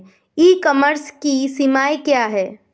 ई commerce की सीमाएं क्या हैं?